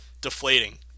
deflating